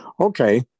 Okay